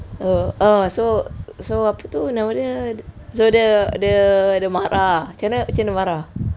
oh oh so so apa tu nama dia so dia dia dia marah ah macam mana macam mana marah